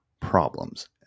problems